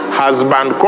husband